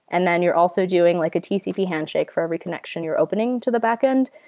and then you're also doing like a tcp handshake for every connection you're opening to the backend.